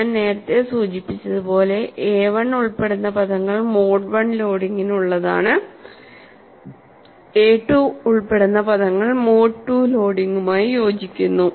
ഞാൻ നേരത്തെ സൂചിപ്പിച്ചതുപോലെ AI ഉൾപ്പെടുന്ന പദങ്ങൾ മോഡ് I ലോഡിങ്ങിനു ഉള്ളതാണ് A II ഉൾപ്പെടുന്ന പദങ്ങൾ മോഡ് II ലോഡിംഗുമായി യോജിക്കുന്നു